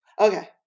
Okay